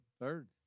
Third